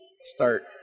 Start